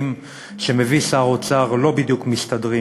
שמביא שר האוצר לא בדיוק מסתדרים,